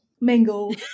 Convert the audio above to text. mingle